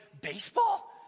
baseball